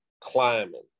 Climbing